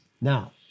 Now